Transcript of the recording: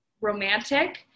romantic